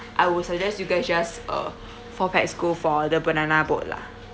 I will suggest you can just uh four pax go for the banana boat lah